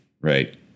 right